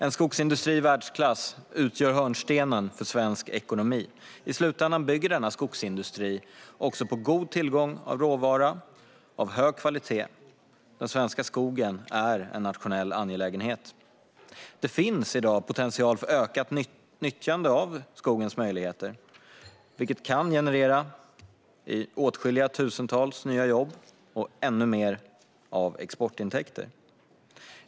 En skogsindustri i världsklass utgör hörnstenen i svensk ekonomi. I slutändan bygger denna skogsindustri också på god tillgång på råvara av hög kvalitet. Den svenska skogen är en nationell angelägenhet. Det finns i dag potential för ökat nyttjande av skogens möjligheter, vilket kan generera åtskilliga tusentals nya jobb och ännu mer av exportintäkter.